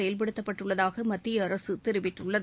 செயல்படுத்தப்பட்டுள்ளதாக மத்திய அரசு தெரிவித்துள்ளது